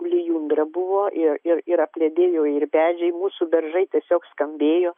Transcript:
lijundra buvo ir ir ir apledėjo ir medžiai mūsų beržai tiesiog skambėjo